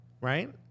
right